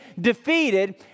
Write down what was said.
defeated